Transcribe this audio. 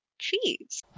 Cheese